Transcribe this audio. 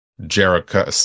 Jericho